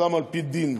שהוקם על פי דין.